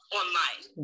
online